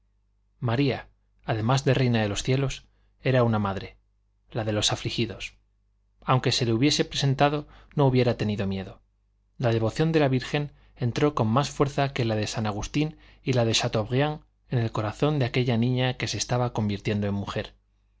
maría además de reina de los cielos era una madre la de los afligidos aunque se le hubiese presentado no hubiera tenido miedo la devoción de la virgen entró con más fuerza que la de san agustín y la de chateaubriand en el corazón de aquella niña que se estaba convirtiendo en mujer